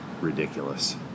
ridiculous